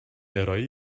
ارائهای